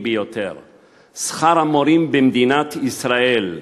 ביותר: שכר המורים במדינת ישראל,